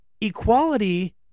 equality